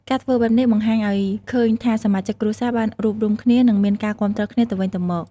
ការធ្វើបែបនេះបង្ហាញអោយឃើញថាសមាជិកគ្រួសារបានរួបរួមគ្នា និងមានការគាំទ្រគ្នាទៅវិញទៅមក។